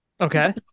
Okay